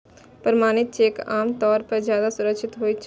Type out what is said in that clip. प्रमाणित चेक आम तौर पर ज्यादा सुरक्षित होइ छै